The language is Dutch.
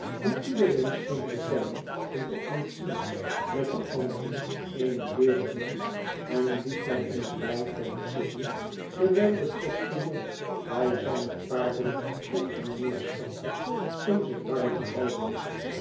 wien iedereen scheen te kennen en te ontzien met de anderen eene deur in en liet mij in het rijtuig zitten terwijl de postiljon bij zijne paarden op en neer stapte om zich warm te houden